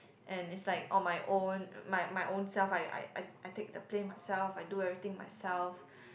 and is like on my own my my ownself I I I take the plane myself I do everything myself